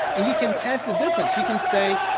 and you can test the difference. you can say,